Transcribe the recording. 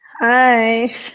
Hi